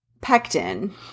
pectin